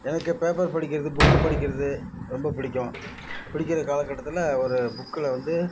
எனக்குப் பேப்பர் படிக்கிறது புக் படிக்கிறது ரொம்ப பிடிக்கும் படிக்கிற காலகட்டத்தில் ஒரு புக்கில் வந்து